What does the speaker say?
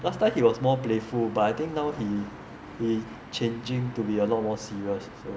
last time he was more playful but I think now he he changing to be a lot more serious also